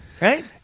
right